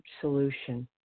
solution